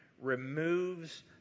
removes